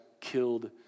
killed